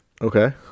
Okay